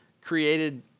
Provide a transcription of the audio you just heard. created